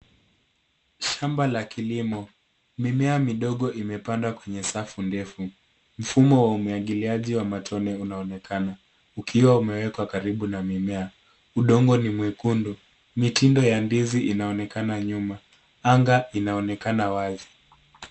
Shamba la kilimo, mimea midogo imepandwa kwenye safu ndefu. Mfumo wa umwagiliaji wa matone unaonekana ukiwa umwekwa karibu na mimea. Udongo ni mwekundu, mitindo ya ndizi inaonekana nyuma, anga inaonekana wazi.